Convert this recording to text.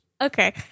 Okay